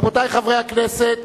רבותי חברי הכנסת,